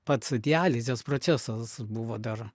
pats dializės procesas buvo dar